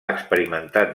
experimentat